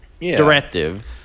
directive